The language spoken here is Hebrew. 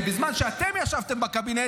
כי בזמן שאתם ישבתם בקבינט,